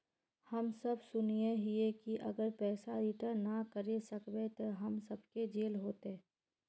हम सब सुनैय हिये की अगर पैसा रिटर्न ना करे सकबे तो हम सब के जेल होते?